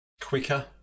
quicker